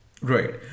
Right